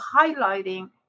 highlighting